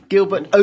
Gilbert